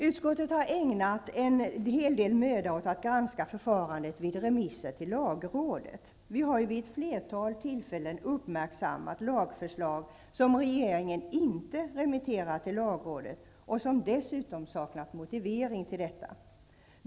Utskottet har ägnat en hel del möda åt att granska förfarandet vid remisser till lagrådet. Utskottet har vid ett flertal tillfällen uppmärksammat lagförslag som regeringen inte remitterat till lagrådet och som dessutom saknat motivering för det.